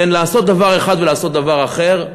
בין לעשות דבר ולעשות דבר אחר,